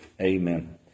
Amen